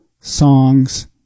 songs